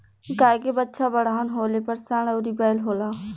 गाय के बच्चा बड़हन होले पर सांड अउरी बैल होला